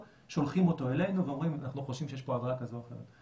שולחים אותו אלינו ואומרים שהם חושבים שיש פה עבירה כזאת וכזאת.